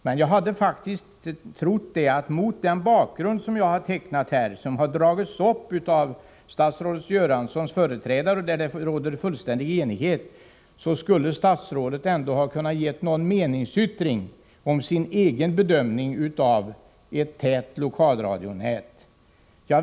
Men jag hade faktiskt trott, mot den bakgrund som jag har tecknat här av de riktlinjer som drogs upp av statsrådet Göranssons företrädare och som det råder fullständig enighet om, att statsrådet skulle ha kunnat ge någon meningsyttring i fråga om sin egen bedömning av ett tätt lokalradionät.